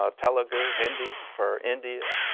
ah telugu, hindi, for india,